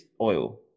oil